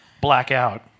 Blackout